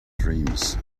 dreams